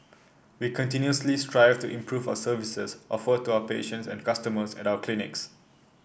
we continuously strive to improve our services offered to our patients and customers at our clinics